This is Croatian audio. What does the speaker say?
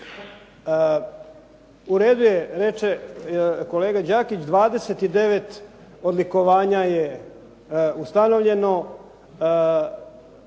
U redu je reče kolega Đakić 29 odlikovanja je ustanovljeno,